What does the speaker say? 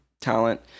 talent